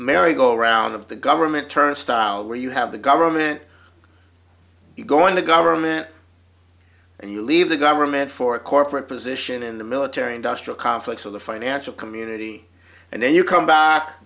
merry go round of the government turnstile where you have the government going to government and you leave the government for a corporate position in the military industrial conflicts of the financial community and then you come back